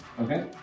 Okay